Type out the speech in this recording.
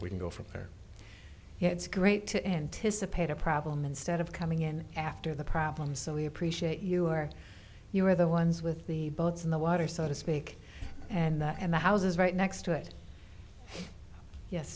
we can go from there it's great to intice a pedo problem instead of coming in after the problem so we appreciate you or you were the ones with the boats in the water so to speak and that and the houses right next to it yes